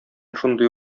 шундый